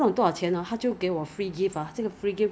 compared to U_S U_S brand